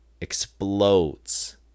explodes